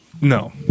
No